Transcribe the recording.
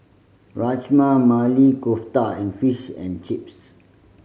Rajma Maili Kofta and Fish and Chips